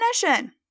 definition